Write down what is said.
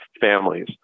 families